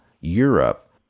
Europe